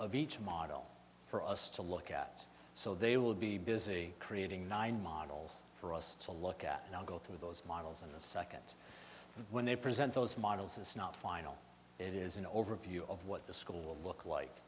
of each model for us to look at so they will be busy creating nine models for us to look at and i'll go through those models in a second when they present those models it's not final it is an overview of what the school look like